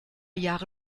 jahre